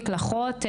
מקלחות,